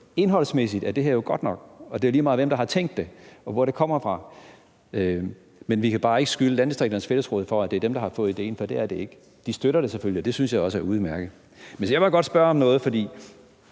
indholdsmæssigt er det her godt nok. Det er lige meget, hvem der har tænkt det, og hvor det kommer fra, men vi kan bare ikke beskylde Landdistrikternes Fællesråd for, at det er dem, der har fået idéen, for det er det ikke. De støtter det selvfølgelig, og det synes jeg også er udmærket. Jeg vil godt spørge om noget, for